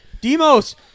Demos